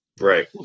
Right